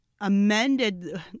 amended